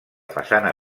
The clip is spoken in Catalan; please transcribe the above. façana